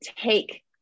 take